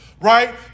right